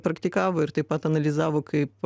praktikavo ir taip pat analizavo kaip